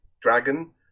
dragon